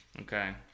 Okay